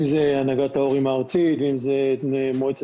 אם זה הנהגת ההורים הארצית ואם זאת מועצת